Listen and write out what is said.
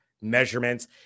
measurements